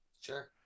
sure